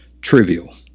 trivial